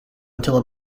until